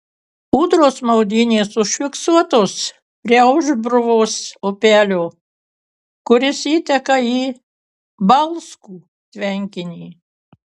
ūdros maudynės užfiksuotos prie aušbruvos upelio kuris įteka į balskų tvenkinį